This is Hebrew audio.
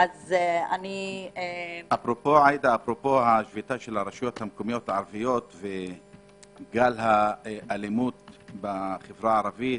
אפרופו השביתה של הרשויות המקומיות הערביות וגל האלימות בחברה הערבית,